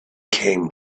came